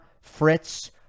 Fritz